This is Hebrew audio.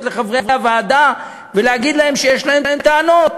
לחברי הוועדה ולהגיד להם שיש להם טענות.